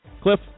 Cliff